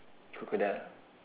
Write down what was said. crocodile